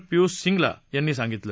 पियुष सिंगला यांनी सांगितलं